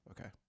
Okay